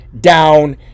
down